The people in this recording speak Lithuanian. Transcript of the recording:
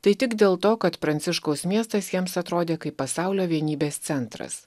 tai tik dėl to kad pranciškaus miestas jiems atrodė kaip pasaulio vienybės centras